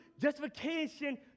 justification